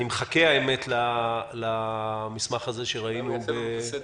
אני מחכה למסמך הזה, הוא